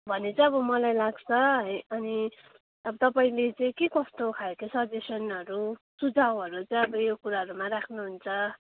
भने चाहिँ अब मलाई लाग्छ अनि अब तपाईँले चाहिँ के कस्तो खाल्को सजेसनहरू सुझाउहरू चाहिँ अब यो कुरामा राख्नु हुन्छ